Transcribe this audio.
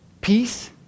Peace